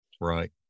Right